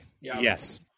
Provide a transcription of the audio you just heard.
Yes